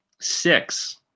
six